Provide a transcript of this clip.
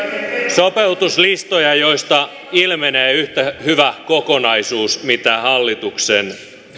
sopeutuslistoja joista ilmenee yhtä hyvä kokonaisuus kuin hallituksen